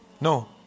No